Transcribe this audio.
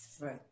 Right